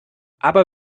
aber